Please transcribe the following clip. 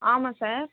ஆமா சார்